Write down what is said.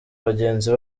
bagenzi